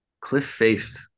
cliff-faced